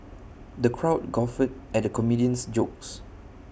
the crowd guffawed at the comedian's jokes